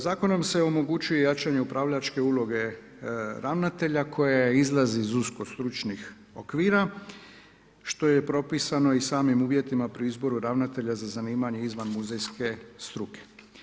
Zakonom se omogućuje jačanje upravljačke uloge ravnatelja koja izlazi iz usko stručnih okvira što je propisano i samim uvjetima pri izboru ravnatelja, za zanimanje izvan-muzejske struke.